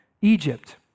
Egypt